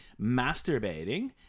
masturbating